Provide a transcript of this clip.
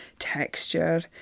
texture